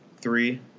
three